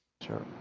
sure